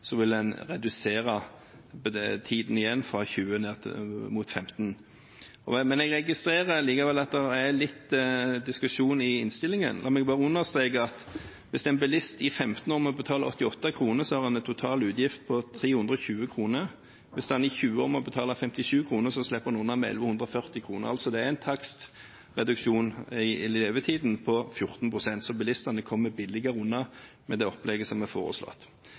vil en redusere tiden igjen, fra 20 år ned mot 15 år. Jeg registrerer likevel at det er litt diskusjon i innstillingen. La meg understreke at hvis en bilist i 15 år må betale 88 kr, så har han totalt en utgift på 1 320 kr. Hvis bilisten må betale 57 kr i 20 år, slipper han unna med 1 140 kr. Det er altså en takstreduksjon på 14 pst. i levetiden. Så bilistene kommer billigere unna med det opplegget